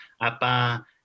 Apa